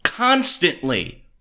constantly